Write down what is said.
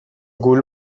گول